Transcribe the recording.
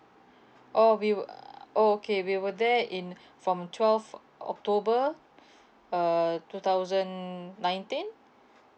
oh we were oh okay we were there in from twelve foc~ october uh two thousand nineteen